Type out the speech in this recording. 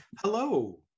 Hello